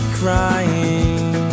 crying